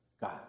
God